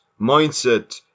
mindset